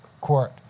court